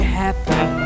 happy